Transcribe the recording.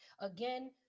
Again